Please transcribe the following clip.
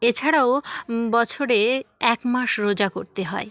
এছাড়াও বছরে এক মাস রোজা করতে হয়